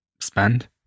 spend